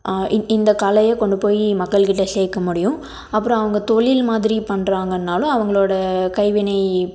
இந்த கலையை கொண்டு போய் மக்கள்கிட்டே சேர்க்க முடியும் அப்புறம் அவங்க தொழில் மாதிரி பண்ணுறாங்கன்னாலும் அவர்களோட கைவினை